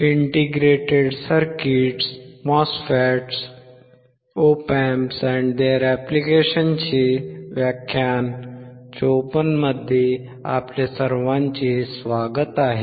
या मॉड्यूलमध्ये आपले स्वागत आहे